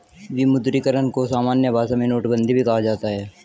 विमुद्रीकरण को सामान्य भाषा में नोटबन्दी भी कहा जाता है